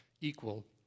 equal